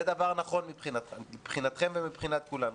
זה דבר נכון מבחינתכם ומבחינת כולנו.